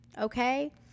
Okay